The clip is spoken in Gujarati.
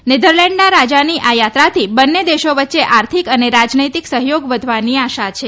નેધરલેન્ડના રાજાની આ યાત્રાથી બંને દેશો વચ્ચે આર્થિક અને રાજનૈતિક સહયોગ વધવાની આશા છે